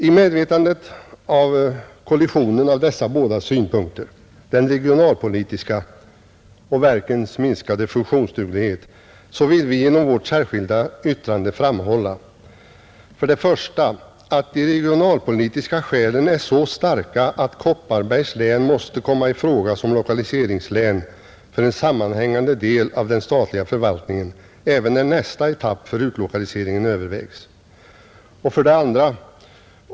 I medvetandet om kollisionen mellan dessa båda synpunkter — den regionalpolitiska och verkens minskade funktionsduglighet — vill vi genom vårt särskilda yttrande framhålla: 1. De regionalpolitiska skälen är så starka att Kopparbergs län måste komma i fråga som lokaliseringslän för en sammanhängande del av den statliga förvaltningen även när nästa etap för utlokalisering övervägs. 2.